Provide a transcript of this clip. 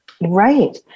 Right